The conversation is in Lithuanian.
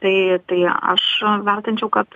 tai tai aš vertinčiau kad